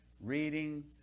reading